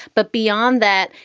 but beyond that,